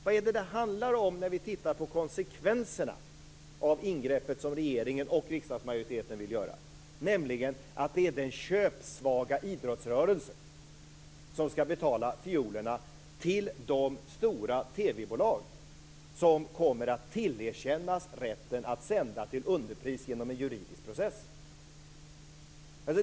Vad ser vi att det handlar om när vi tittar närmare på konsekvenserna av det ingrepp som regeringen och riksdagsmajoriteten vill göra? Jo, närmare bestämt att det är den köpsvaga idrottsrörelsen som skall betala fiolerna till de stora TV-bolag som kommer att tillerkännas rätten att sända till underpris genom en juridisk process.